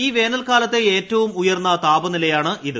ഈ വേനൽക്കാലത്തെ ഏറ്റവും ഉയർന്ന താപനിലയാണ് ഇത്